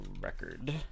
Record